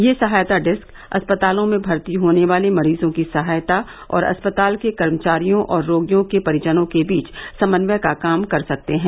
ये सहायता डेस्क अस्पतालों में भर्ती होने वाले मरीजों की सहायता और अस्पताल के कर्मचारियों और रोगियों के परिजनों के बीच समन्वय का काम कर सकते हैं